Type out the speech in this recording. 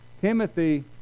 Timothy